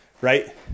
right